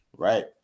Right